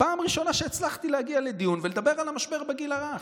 פעם ראשונה שהצלחתי להגיע לדיון ולדבר על המשבר בגיל הרך,